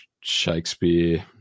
Shakespeare